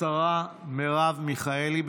השרה מרב מיכאלי,